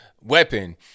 weapon